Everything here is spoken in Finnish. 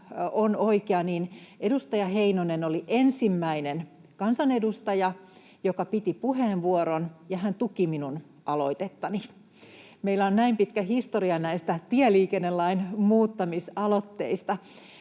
on oikea, niin edustaja Heinonen oli ensimmäinen kansanedustaja, joka piti puheenvuoron, ja hän tuki minun aloitettani. Meillä on näin pitkä historia näistä tieliikennelain muuttamisaloitteista,